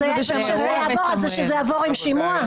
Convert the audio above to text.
אז כשזה יעבור שזה יעבור עם שימוע?